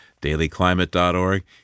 DailyClimate.org